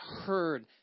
heard